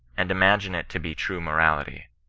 and imagine it to be true morality.